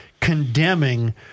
condemning